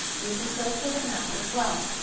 you can filter the map as well.